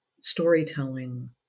storytelling